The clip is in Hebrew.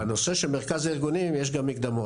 בנושא של מרכז הארגונים יש גם מקדמות,